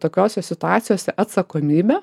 tokiose situacijose atsakomybę